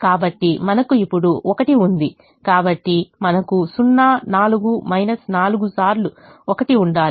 కాబట్టి మనకు ఇప్పుడు 1 ఉంది కాబట్టి మనకు 0 4 4 సార్లు 1 ఉండాలి